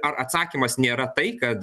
ar atsakymas nėra tai kad